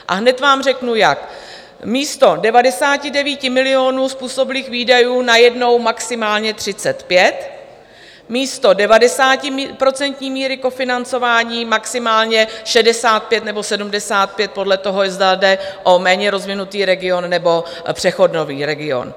A hned vám řeknu, jak: místo 99 milionů způsobilých výdajů najednou maximálně 35, místo 90% míry kofinancování maximálně 65 nebo 75 podle toho, zda jde o méně rozvinutý region nebo přechodový region.